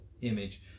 image